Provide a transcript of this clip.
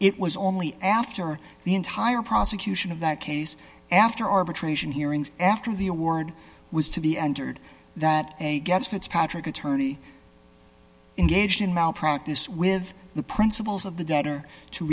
it was only after the entire prosecution of that case after arbitration hearings after the award was to be entered that a gets fitzpatrick attorney engaged in malpractise with the principals of the debtor to